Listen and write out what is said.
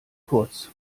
kurz